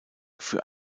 für